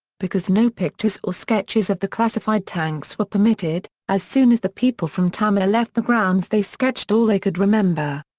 because no pictures or sketches of the classified tanks were permitted, as soon as the people from tamiya left the grounds they sketched all they could remember.